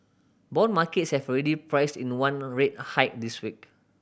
bond markets have already priced in one rate hike this week